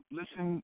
listen